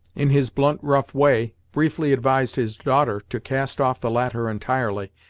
in his blunt rough way, briefly advised his daughter to cast off the latter entirely,